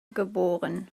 geb